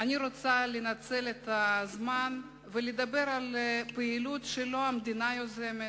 אני רוצה לנצל את הזמן ולדבר על פעילות שלא המדינה יוזמת,